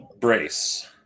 Brace